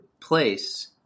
place